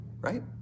right